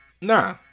nah